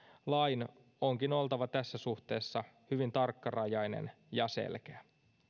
lain onkin oltava tässä suhteessa hyvin tarkkarajainen ja selkeä